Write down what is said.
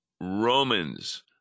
Romans